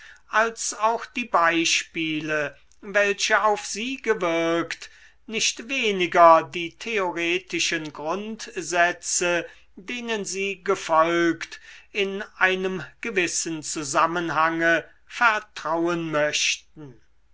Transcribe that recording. als auch die beispiele welche auf sie gewirkt nicht weniger die theoretischen grundsätze denen sie gefolgt in einem gewissen zusammenhange vertrauen möchten